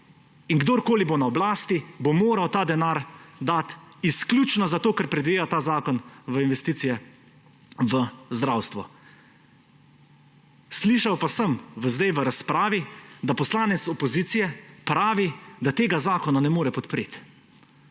In kdorkoli bo na oblasti, bo moral ta denar dati izključno zato, ker predvideva ta zakon v investicije v zdravstvo. Slišal pa sem sedaj v razpravi, da poslanec opozicije pravi, da tega zakona ne more podpreti.